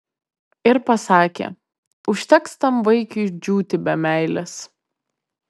ir pasakė užteks tam vaikiui džiūti be meilės